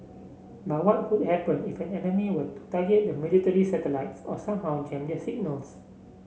but what would happen if an enemy were to target the military's satellites or somehow jam their signals